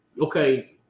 okay